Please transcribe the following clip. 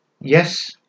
Yes